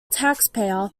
taxpayer